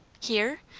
here?